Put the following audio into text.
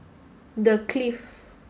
The Clift